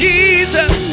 Jesus